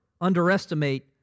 underestimate